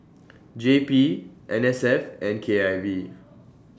J P N S F and K I V